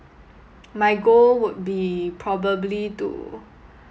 my goal would be probably to